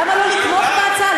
למה לא לתמוך בהצעה?